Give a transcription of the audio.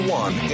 one